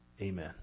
Amen